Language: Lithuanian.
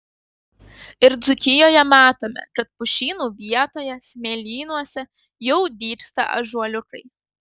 ir dzūkijoje matome kad pušynų vietoje smėlynuose jau dygsta ąžuoliukai